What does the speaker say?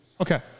okay